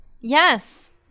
Yes